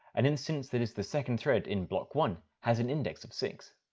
an instance that is the second thread in block one has an index of six.